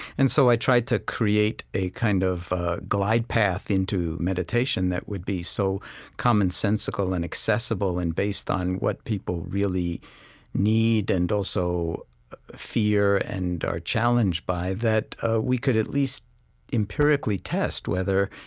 and so i tried to create a kind of glide path into meditation that would be so commonsensical and accessible and based on what people really need and also fear and are challenged by, that ah we could at least empirically test whether,